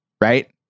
right